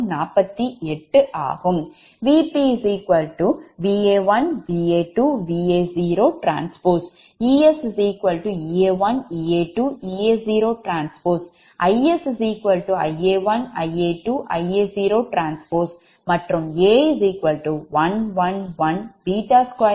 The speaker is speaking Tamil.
Vp Va1 Va2 Va0 T Es Ea1 Ea2 Ea0 T Is Ia1 Ia2 Ia0 T மற்றும் A1 1 1 2 1 2 1